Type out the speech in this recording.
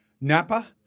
Napa